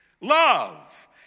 Love